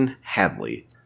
Hadley